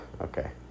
Okay